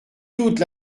toute